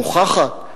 מוכחת.